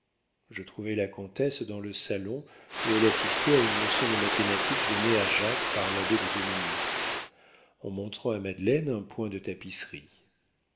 je trouvai la comtesse dans le salon où elle assistait à une leçon de mathématiques donnée à jacques par l'abbé de dominis en montrant à madeleine un point de tapisserie